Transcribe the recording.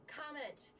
comment